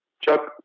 Chuck